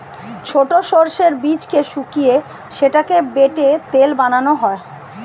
ছোট সর্ষের বীজকে শুকিয়ে সেটাকে বেটে তেল বানানো হয়